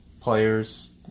players